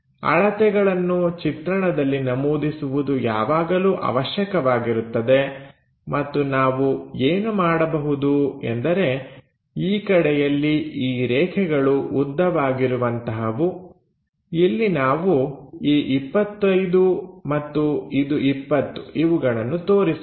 ಅಳತೆಗಳನ್ನು ಚಿತ್ರಣದಲ್ಲಿ ನಮೂದಿಸುವುದು ಯಾವಾಗಲೂ ಅವಶ್ಯಕವಾಗಿರುತ್ತದೆ ಮತ್ತು ನಾವು ಏನು ಮಾಡಬಹುದು ಎಂದರೆ ಈ ಕಡೆಯಲ್ಲಿ ಈ ರೇಖೆಗಳು ಉದ್ದವಾಗಿರುವಂತಹವು ಇಲ್ಲಿ ನಾವು ಈ 25 ಮತ್ತು ಇದು 20 ಇವುಗಳನ್ನು ತೋರಿಸೋಣ